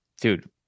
dude